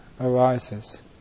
arises